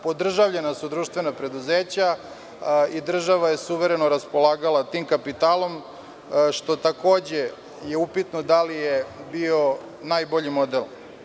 Podržavljena su društvena preduzeća i država je suvereno raspolagala sa tim kapitalom, što je takođe upitno, da li je to bio najbolji model?